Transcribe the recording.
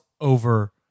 over